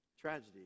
tragedy